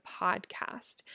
podcast